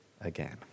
again